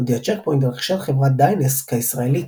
הודיעה צ'ק פוינט על רכישת חברת דיינסק הישראלית.